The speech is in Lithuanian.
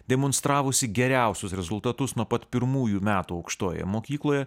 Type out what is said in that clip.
demonstravusi geriausius rezultatus nuo pat pirmųjų metų aukštojoje mokykloje